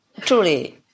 Truly